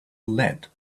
lead